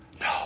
No